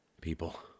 people